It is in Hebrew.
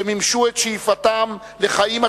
שמימשו את שאיפתן לחיים עצמאיים,